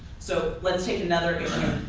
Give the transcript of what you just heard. so let's take another issue,